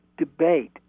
debate